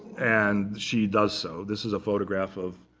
and she does so. this is a photograph of